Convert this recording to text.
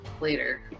later